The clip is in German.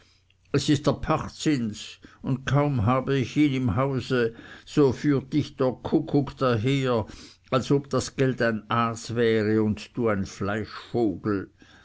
es ist der pachtzins und kaum habe ich ihn im hause so führt dich der kuckuck daher als ob das geld ein aas wäre und du ein fleischvogel